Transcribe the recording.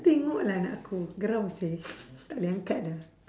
tengoklah anak aku geram seh takleh angkat dah